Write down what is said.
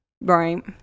Right